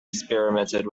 experimented